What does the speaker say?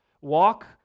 walk